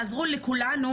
תעזרו לכולנו,